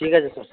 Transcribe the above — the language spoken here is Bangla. ঠিক আছে স্যার